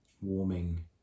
warming